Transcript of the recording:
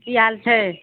की हाल छै